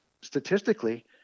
Statistically